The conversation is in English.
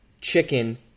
chicken